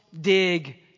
dig